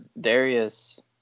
Darius